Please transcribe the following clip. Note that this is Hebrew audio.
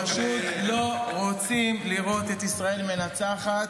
פשוט לא רוצים לראות את ישראל מנצחת,